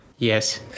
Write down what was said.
Yes